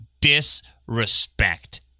disrespect